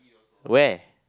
where